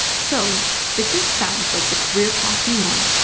so if this sounds like the career path you want,